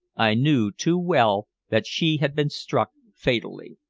i knew too well that she had been struck fatally.